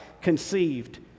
conceived